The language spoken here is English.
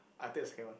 I take the second one